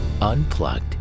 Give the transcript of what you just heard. unplugged